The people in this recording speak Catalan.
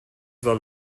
del